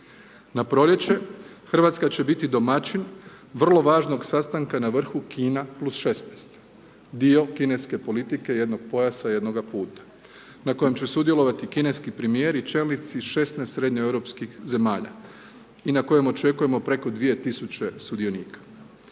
Na proljeće, Hrvatska će biti domaćin vrlo važnog sastanka na vrhu Kina +16. Dio kineske politike jednog pojasa jednoga puta na kojem će sudjelovati kineski premijer i čelnici 16 srednjoeuropskih zemalja i na kojemu očekujemo preko 2000 sudionika.